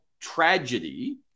tragedy